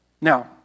Now